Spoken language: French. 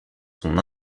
son